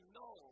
no